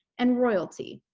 and royalty.